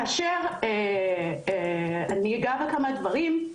כאשר אני אגע בכמה דברים.